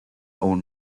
own